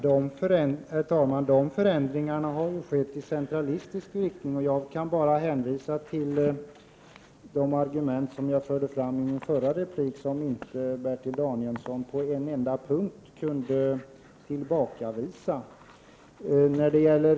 Herr talman! Dessa förändringar har skett i centralistisk riktning. Jag kan bara hänvisa till de argument som jag framförde i min förra replik, vilka Bertil Danielsson inte på en enda punkt kunde avvisa.